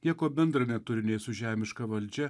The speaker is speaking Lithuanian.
nieko bendra neturi nei su žemiška valdžia